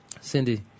Cindy